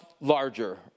larger